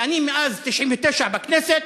ואני מאז 1999 בכנסת,